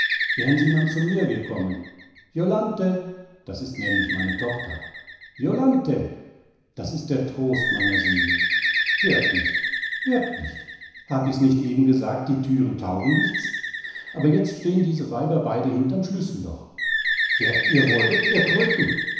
wären sie man zu mir gekommen jolanthe das ist nämlich meine tochter jolanthe das ist der trost meiner seele hört nich hört nich hab ich's nicht eben gesagt die türen taugen nichts aber jetzt stehen diese weiber beide hinterm schlüsselloch werdt ihr wohl weg ihr kröten